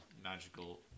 magical